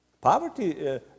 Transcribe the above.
poverty